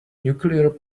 nuclear